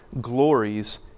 glories